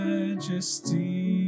Majesty